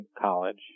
college